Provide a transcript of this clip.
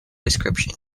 description